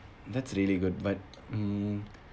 that's really good but mm